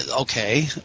okay